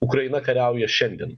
ukraina kariauja šiandien